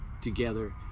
together